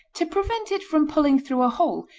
to prevent it from pulling through a hole,